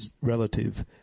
relative